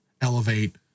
elevate